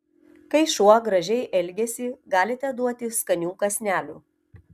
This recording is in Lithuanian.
kai šuo gražiai elgiasi galite duoti skanių kąsnelių